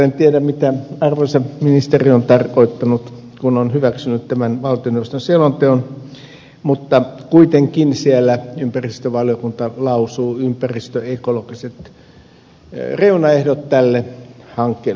en tiedä mitä arvoisa ministeri on tarkoittanut kun on hyväksynyt tämän valtioneuvoston selonteon mutta kuitenkin ympäristövaliokunta lausuu ympäristöekologiset reunaehdot tälle hankkeelle